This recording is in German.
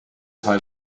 teil